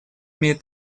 имеет